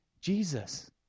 Jesus